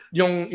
yung